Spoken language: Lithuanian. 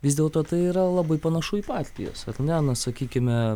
vis dėlto tai yra labai panašu į partijas ar ne na sakykime